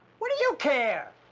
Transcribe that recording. what do you care?